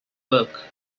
work